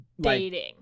dating